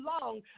long